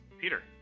Peter